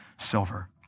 silver